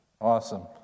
awesome